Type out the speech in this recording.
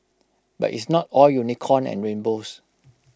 but it's not all unicorn and rainbows